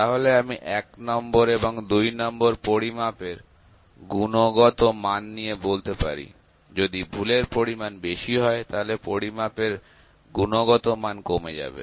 তাহলে আমি এক নম্বর এবং দুই নম্বর পরিমাপের গুণগত মান নিয়ে বলতে পারি যদি ভুলের পরিমাণ বেশি হয় তাহলে পরিমাপের গুণগত মান কমে যাবে